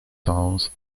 towns